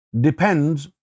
depends